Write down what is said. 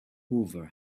hoover